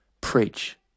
preach